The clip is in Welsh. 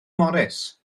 morris